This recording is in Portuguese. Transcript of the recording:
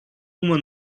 uma